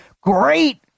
great